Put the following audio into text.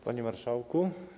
Panie Marszałku!